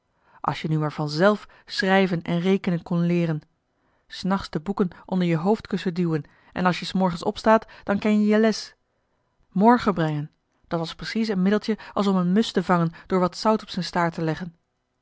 als je nu maar vanzèlf schrijven en rekenen kon leeren s nachts de boeken onder je hoofdkussen duwen en als je s morgens opstaat dan ken je je les morgen brengen dat was precies een middeltje als om een musch te vangen door wat zout op z'n staart te leggen